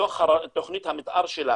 בתוך תוכנית המתאר שלה